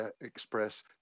express